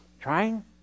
trying